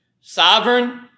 sovereign